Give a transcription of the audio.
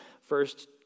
first